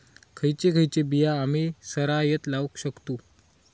खयची खयची बिया आम्ही सरायत लावक शकतु?